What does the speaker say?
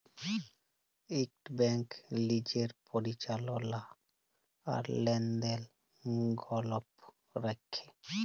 ইকট ব্যাংক লিজের পরিচাললা আর লেলদেল গপল রাইখে